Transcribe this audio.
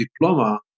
diploma